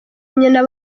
nyina